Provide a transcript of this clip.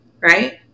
right